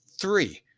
Three